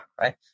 right